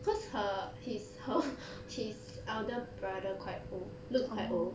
cause her his her his elder brother quite old look quite old